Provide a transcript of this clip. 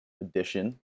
edition